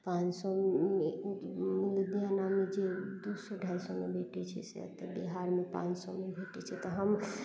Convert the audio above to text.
पाँच सओमे लुधियानामे जे दू सओ ढाइ सओमे भेटय छै से एतऽ बिहारमे पाँच सओमे भेटय छै तऽ हम